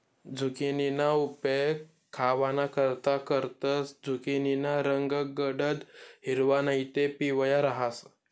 झुकिनीना उपेग खावानाकरता करतंस, झुकिनीना रंग गडद हिरवा नैते पिवया रहास